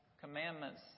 commandments